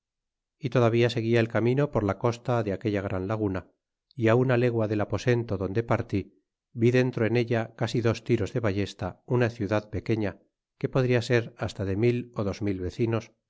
é todavía seguia el camino por la costa de aquella gran laguna si una legua del aposento donde partí vi dentro en ella casi dos tires de ballesta una ciudad pequeña que po dria ser hasta de mil dos mil vecinos